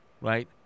right